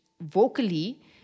vocally